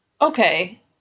okay